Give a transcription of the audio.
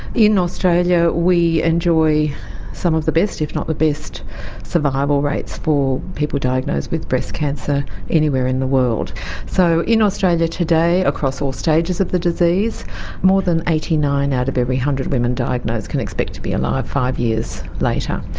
in australia we enjoy some of the best, if not the best survival rates for people diagnosed with breast cancer anywhere in the world so in australia today across all stages of the disease more than eighty nine out of every one hundred women diagnosed can expect to be alive five years later.